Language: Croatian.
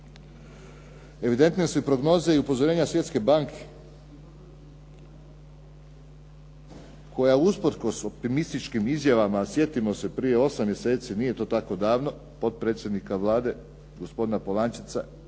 Evidentne su i prognoze i upozorenja Svjetske banke koja usprkos optimističnim izjavama, sjetimo se prije osam mjeseci, nije to tako davno, potpredsjednika Vlade gospodina Polančeca